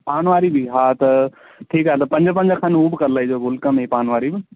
पान वारी बि हा त ठीकु आहे त पंज पंज खनि हू बि करे लाहिजो गुलकंद ऐं पान वारी बि